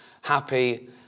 happy